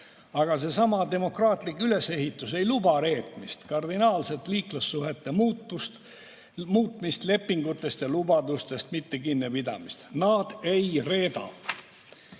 Aga seesama demokraatlik ülesehitus ei luba reetmist, kardinaalset liitlassuhete muutmist, lepingutest ja lubadustest mitte kinnipidamist. Nad ei reeda.